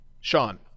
Sean